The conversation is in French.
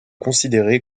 considéré